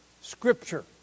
Scripture